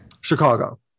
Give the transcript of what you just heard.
Chicago